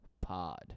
pod